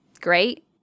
Great